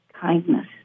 kindness